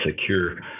secure